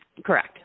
correct